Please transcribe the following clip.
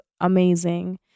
amazing